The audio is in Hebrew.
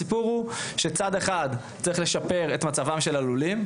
הסיפור הוא שצד אחד צריך לשפר את מצבם של הלולים,